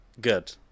good